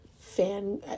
fan